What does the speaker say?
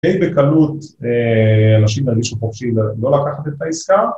די בקלות אנשים ירגישו חופשים לא לקחת את העסקה.